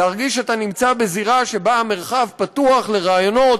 להרגיש שאתה נמצא בזירה שבה המרחב פתוח לרעיונות,